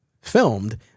filmed